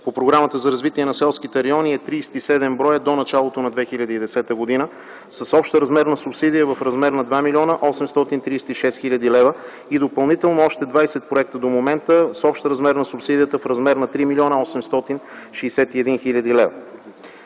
по Програмата за развитие на селските райони е 37 броя до началото на 2010 г. с общ размер на субсидия в размер на 2 млн. 836 хил. лв. и допълнително още 20 проекта до момента с общ размер на субсидията в размер на 3 млн. 861 хил. лв.